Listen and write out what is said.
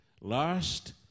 Last